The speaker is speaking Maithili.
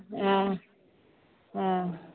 ऐं ऐं